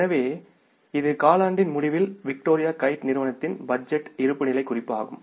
எனவே இது காலாண்டின் முடிவில் விக்டோரியா கைட் நிறுவனத்தின் பட்ஜெட் இருப்புநிலை குறிப்பு ஆகும்